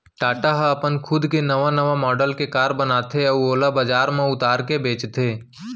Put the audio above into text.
टाटा ह अपन खुद के नवा नवा मॉडल के कार बनाथे अउ ओला बजार म उतार के बेचथे